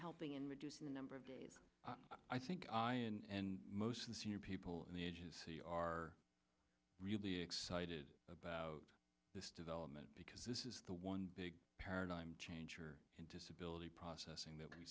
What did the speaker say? helping in a number of days i think i and most of the senior people in the agency are really excited about this development because this is the one big paradigm changer in disability processing that we